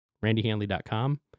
RandyHandley.com